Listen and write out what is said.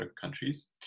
countries